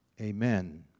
Amen